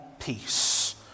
Peace